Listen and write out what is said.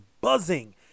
buzzing